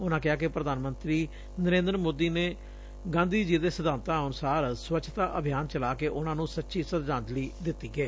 ਉਨੂਾਂ ਕਿਹਾ ਕਿ ਪ੍ਰਧਾਨ ਮੰਤਰੀ ਨਰੇਂਦਰ ਮੋਦੀ ਨੇ ਗਾਂਧੀ ਜੀ ਦੇ ਸਿਧਾਂਤਾਂ ਅਨੁਸਾਰ ਸਵੱਛਤਾ ਅਭਿਆਨ ਚਲਾ ਕੇ ਉਂਨੂਾਂ ਨੂੰ ਸੱਚੀ ਸ਼ਰਧਾਂਜਲੀ ਦਿੱਤੀ ਏ